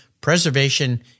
Preservation